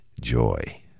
joy